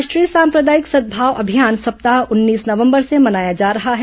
राष्ट्रीय साम्प्रदायिक सद्भाव अभियान सप्ताह उन्नीस नवंबर से मनाया जा रहा है